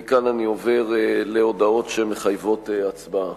מכאן אני עובר להודעות שמחייבות הצבעה.